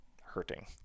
hurting